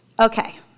Okay